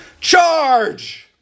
Charge